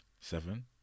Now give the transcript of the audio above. seven